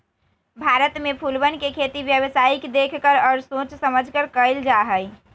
भारत में फूलवन के खेती व्यावसायिक देख कर और सोच समझकर कइल जाहई